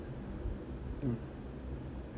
mm